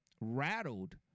rattled